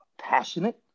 passionate